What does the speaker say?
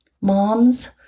Moms